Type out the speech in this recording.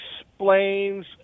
explains